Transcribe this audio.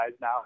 now